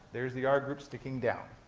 there's the r group sticking down.